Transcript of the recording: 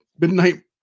Midnight